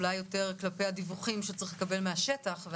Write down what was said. אולי יותר כלפי הדיווחים שצריך לקבל מהשטח.